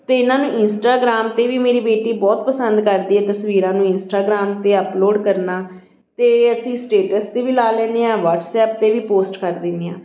ਅਤੇ ਇਹਨਾਂ ਨੂੰ ਇੰਸਟਾਗਰਾਮ 'ਤੇ ਵੀ ਮੇਰੀ ਬੇਟੀ ਬਹੁਤ ਪਸੰਦ ਕਰਦੀ ਆ ਤਸਵੀਰਾਂ ਨੂੰ ਇੰਸਟਾਗਰਾਮ 'ਤੇ ਅਪਲੋਡ ਕਰਨਾ ਅਤੇ ਅਸੀਂ ਸਟੇਟਸ 'ਤੇ ਵੀ ਲਾ ਲੈਂਦੇ ਹਾਂ ਵਟਸਐਪ 'ਤੇ ਵੀ ਪੋਸਟ ਕਰ ਦਿੰਦੇ ਹਾਂ